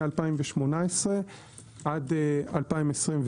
מ-2018 עד 2021,